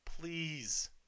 please